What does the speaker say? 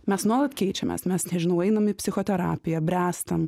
mes nuolat keičiamės mes nežinau einam į psichoterapiją bręstam